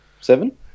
Seven